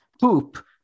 poop